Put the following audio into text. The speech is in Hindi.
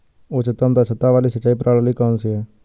उच्चतम दक्षता वाली सिंचाई प्रणाली कौन सी है?